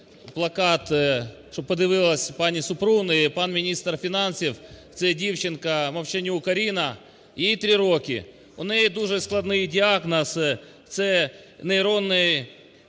плакат, щоб подивилася пані Супрун і пан міністр фінансів. Це дівчинка Мовчанюк Аріна, їй три роки, у неї дуже складний діагноз – це нейронний